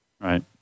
Right